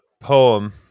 poem